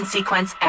sequence